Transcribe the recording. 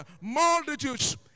multitudes